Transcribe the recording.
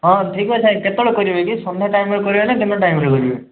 ହଁ ଠିକ୍ ଅଛି କେତେବେଳେ କରିବେ କି ସନ୍ଧ୍ୟା ଟାଇମ୍ରେ କରିବେ ନା ଦିନ ଟାଇମ୍ରେ କରିବେ